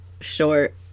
short